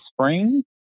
spring